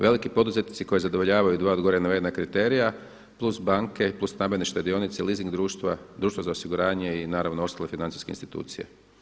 Veliki poduzetnici koji zadovoljavaju dva od gore navedena kriterija plus banke i plus stambene štedionice, leasing društva, društva za osiguranje i naravno ostale financijske institucije.